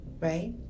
right